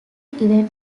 even